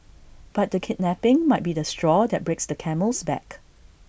but the kidnapping might be the straw that breaks the camel's back